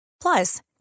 Plus